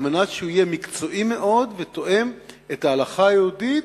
מנת שיהיה מקצועי מאוד ותואם את ההלכה היהודית,